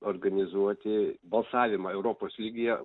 organizuoti balsavimą europos lygyje